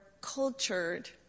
cultured